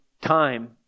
time